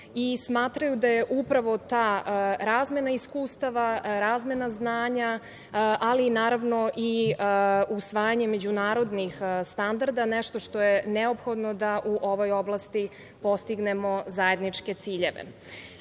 i smatraju da je upravo ta razmena iskustava, razmena znanja, ali naravno i usvajanje međunarodnih standarda nešto što je neophodno da u ovoj oblasti postignemo zajedničke ciljeve. Ono